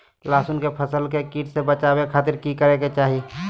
लहसुन के फसल के कीट से बचावे खातिर की करे के चाही?